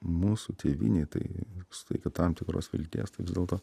mūsų tėvynėj tai suteikia tam tikros vilties tai vis dėlto